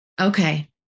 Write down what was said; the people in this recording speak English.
Okay